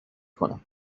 کنم